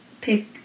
pick